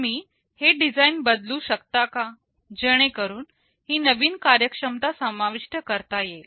तुम्ही हे डिझाईन बदलू शकता का जेणेकरून ही नवीन कार्यक्षमता समाविष्ट करता येईल